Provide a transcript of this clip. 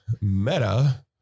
meta